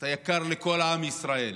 אתה יקר לכל עם ישראל.